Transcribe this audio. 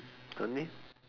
sunday